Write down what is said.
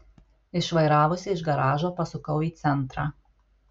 išvairavusi iš garažo pasukau į centrą